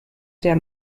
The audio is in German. der